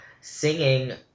singing